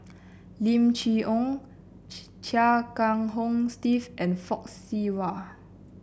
Lim Chee Onn Chia Kiah Hong Steve and Fock Siew Wah